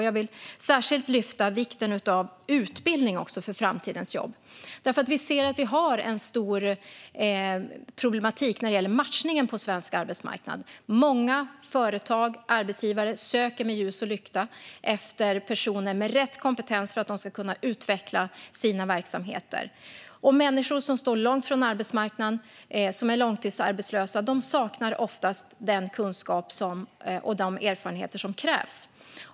Jag vill särskilt lyfta vikten av utbildning för framtidens jobb, för vi har en stor problematik när det gäller matchningen på svensk arbetsmarknad. Många företag och arbetsgivare söker med ljus och lykta efter personer med rätt kompetens för att de ska kunna utveckla sina verksamheter. Och människor som står långt från arbetsmarknaden och som är långtidsarbetslösa saknar oftast den kunskap och de erfarenheter som krävs.